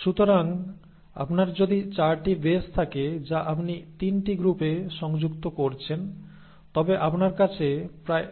সুতরাং আপনার যদি 4 টি বেস থাকে যা আপনি 3 টি গ্রুপে সংযুক্ত করছেন তবে আপনার কাছে প্রায়